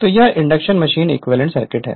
तो यह induction machine equivalent circuit है